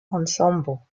ensemble